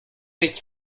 nichts